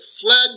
fled